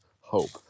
hope